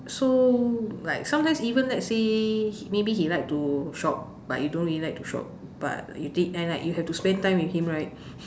so like sometimes even let's say maybe he like to shop but you don't really like to shop but you think and like you had to spent time with him right